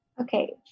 Okay